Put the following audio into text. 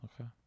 Okay